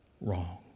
wrong